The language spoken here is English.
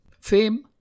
Fame